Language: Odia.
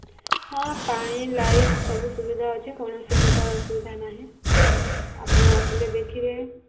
ହଁ ପାଣି ଲାଇଟ୍ ସବୁ ସୁବିଧା ଅଛି କୌଣସି ପ୍ରକାର ଅସୁବିଧା ନାଇଁ ଆପଣ ଆସିଲେ ଦେଖିବେ